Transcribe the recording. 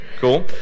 Cool